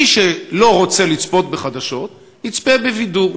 מי שלא רוצה לצפות בחדשות יצפה בבידור,